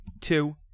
two